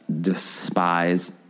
despise